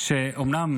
אומנם